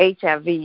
HIV